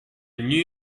new